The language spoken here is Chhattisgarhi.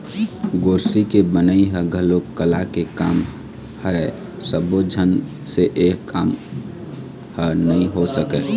गोरसी के बनई ह घलोक कला के काम हरय सब्बो झन से ए काम ह नइ हो सके